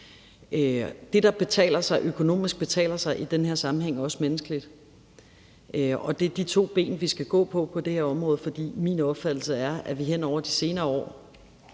betaler sig økonomisk, betaler sig i den her sammenhæng også menneskeligt, og det er de to ben, vi skal gå på på det her område. For min opfattelse er, at vi hen over de senere år